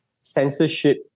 censorship